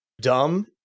dumb